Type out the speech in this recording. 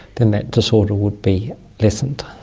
then that disorder would be lessened.